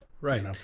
Right